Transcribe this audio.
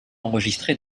enregistrés